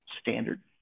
standard